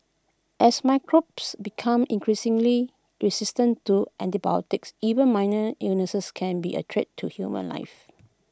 as microbes become increasingly resistant to antibiotics even minor illnesses can be A threat to human life